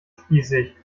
spießig